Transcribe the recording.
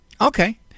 Okay